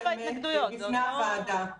לוועדה.